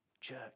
church